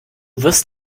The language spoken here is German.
wirst